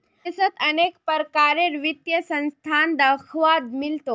विदेशत अनेक प्रकारेर वित्तीय संस्थान दख्वा मिल तोक